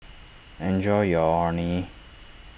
enjoy your Orh Nee